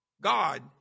God